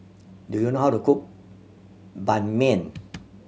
do you know how to cook Ban Mian